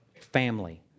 family